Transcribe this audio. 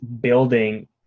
building